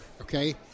okay